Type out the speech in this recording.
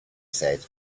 said